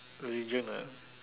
religion ah